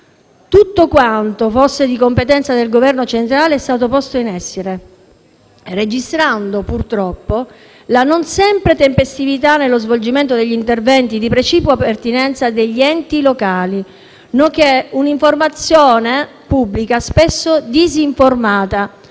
Tutto quanto fosse di competenza del Governo centrale è stato posto in essere, registrando, purtroppo, la non sempre tempestività nello svolgimento degli interventi di precipua pertinenza degli enti locali, nonché un'informazione pubblica spesso disinformata